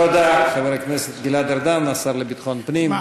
תודה, חבר הכנסת גלעד ארדן, השר לביטחון פנים.